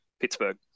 Pittsburgh